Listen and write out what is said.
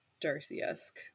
Darcy-esque